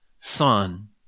Son